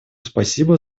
спасибо